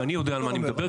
כי אני יודע על מה אני מדבר,